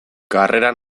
karreran